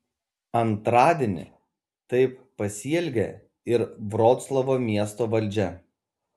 antradienį taip pasielgė ir vroclavo miesto valdžia